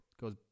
goes